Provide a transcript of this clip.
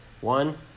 One